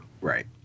right